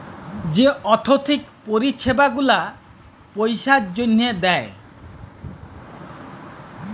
যে আথ্থিক পরিছেবা গুলা পইসার জ্যনহে দেয়